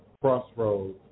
crossroads